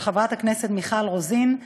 של חברת הכנסת מיכל רוזין,